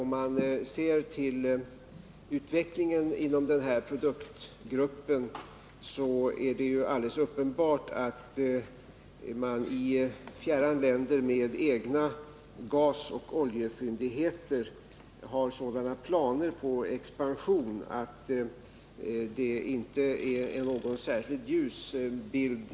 När det gäller utvecklingen inom den här produktgruppen är det uppenbart att man i "fjärran länder med egna gasoch oljefyndigheter har sådana planer på expansion att marknaden inte företer någon särskilt ljus bild.